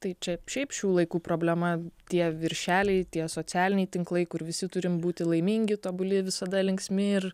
tai čia šiaip šių laikų problema tie viršeliai tie socialiniai tinklai kur visi turim būti laimingi tobuli visada linksmi ir